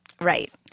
Right